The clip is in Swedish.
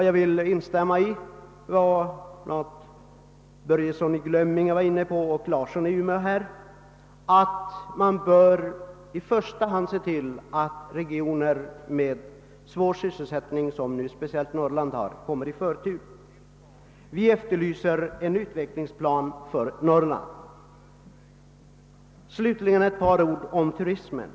Jag instämmer i vad herrar Börjesson i Glömminge och Larsson i Umeå sagt, att man 1 första hand bör se till att regioner med svåra sysselsättningsproblem — det gäller ju speciellt Norrland — tas med i bilden. Vi efterlyser en utvecklingsplan för Norrland. Slutligen ett par ord om turismen!